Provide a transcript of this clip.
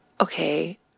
okay